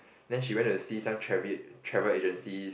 then she went to see some trave~ travel agencies